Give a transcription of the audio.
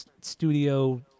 studio